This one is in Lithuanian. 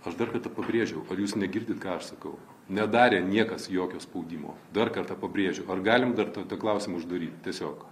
aš dar kartą pabrėžiau kad jūs negirdit ką aš sakau nedarė niekas jokio spaudimo dar kartą pabrėžiu ar galim dar tą klausimą uždaryt tiesiog